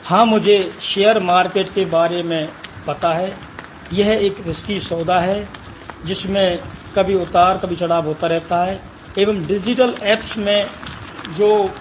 हाँ मुझे share market के बारे में पता है यह एक रिस्की सौदा है जिसमें कभी उतार कभी चढ़ाव होता रहता है एवं डिजिटल ऐप्स में जो